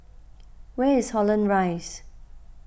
where is Holland Rise